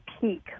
peak